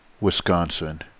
Wisconsin